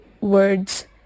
words